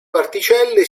particelle